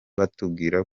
batubwira